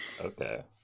okay